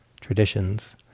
traditions